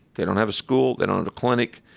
they don't have a school. they don't have a clinic.